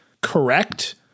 correct